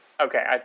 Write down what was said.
Okay